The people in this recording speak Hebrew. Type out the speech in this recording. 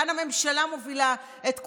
לאן הממשלה מובילה את כולנו?